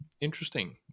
Interesting